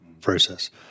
process